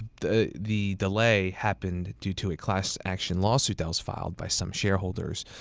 the the delay happened due to a class action lawsuit that was filed by some shareholders,